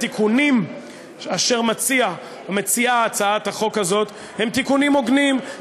התיקונים אשר מציעה הצעת החוק הזאת הם תיקונים הוגנים,